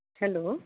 hello